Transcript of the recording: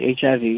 HIV